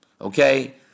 Okay